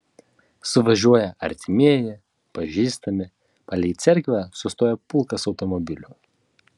suvažiuoja artimieji pažįstami palei cerkvę sustoja pulkas automobilių